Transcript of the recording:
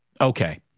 Okay